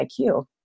IQ